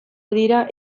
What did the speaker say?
dira